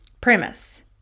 premise